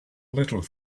little